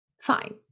Fine